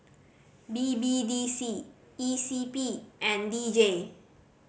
B B D C E C P and D J